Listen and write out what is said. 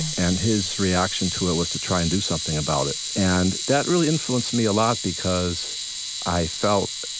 and his reaction to it was to try and do something about it. and that really influenced me a lot because i felt